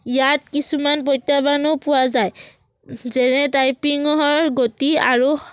ইয়াত কিছুমান প্ৰত্যাহ্বানো পোৱা যায় যেনে টাইপিঙৰ গতি আৰু